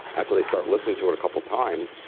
after they start listening to it a couple times,